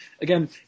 again